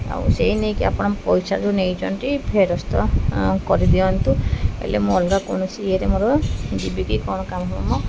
ଆଉ ସେଇ ନେଇକି ଆପଣ ପଇସା ଯୋଉ ନେଇଛିନ୍ତି ଫେରସ୍ତ କରିଦିଅନ୍ତୁ ହେଲେ ମୁଁ ଅଲଗା କୌଣସି ଇଏରେ ମୋର ଯିବିକି କ'ଣ କାମ ଫାମ